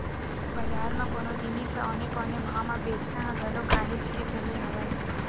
बजार म कोनो जिनिस ल औने पौने भाव म बेंचना ह घलो काहेच के चले हवय